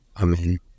Amen